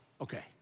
Okay